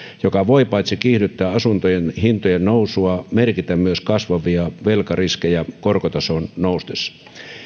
mikä voi paitsi kiihdyttää asuntojen hintojen nousua merkitä myös kasvavia velkariskejä korkotason noustessa